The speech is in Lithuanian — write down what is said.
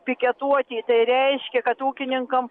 piketuoti tai reiškia kad ūkininkam